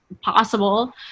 possible